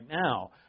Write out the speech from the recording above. now